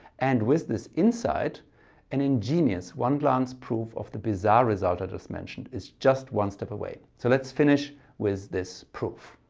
and with this insight an ingenious one-glance proof of the bizarre result i just mentioned is just one step away. so let's finish with this proof.